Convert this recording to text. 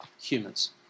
humans